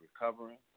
recovering